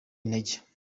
intege